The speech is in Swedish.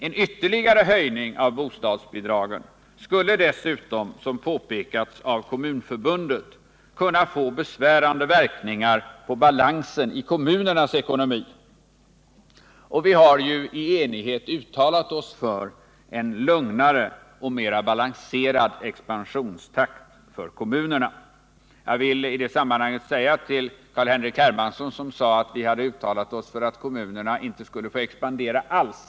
En ytterligare höjning av bostadsbidragen skulle dessutom — som påpekats av Kommunförbundet — kunna få besvärande verkningar på balansen i kommunernas ekonomi, och vi har ju i enighet uttalat oss för en lugnare och mera balanserad expansionstakt för kommunerna. Carl-Henrik Hermansson påstod att vi hade uttalat oss föratt kommunerna Nr 54 inte skulle få expandera alls.